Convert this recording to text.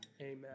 amen